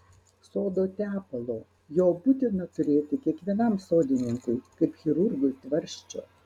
sodo tepalo jo būtina turėti kiekvienam sodininkui kaip chirurgui tvarsčio